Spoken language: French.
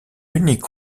unique